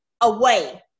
Away